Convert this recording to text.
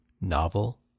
novel